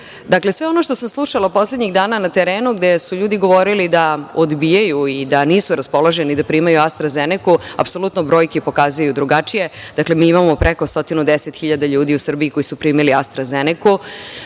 9%.Dakle, sve ono što sam slušala poslednjih dana na terenu, gde su ljudi govorili da odbijaju i da nisu raspoloženi da primaju Astra Zeneku, apsolutno brojke pokazuju drugačije. Dakle, mi imamo preko 110 hiljada ljudi u Srbiji koji su primili Astra Zeneku.